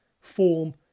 form